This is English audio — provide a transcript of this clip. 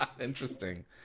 Interesting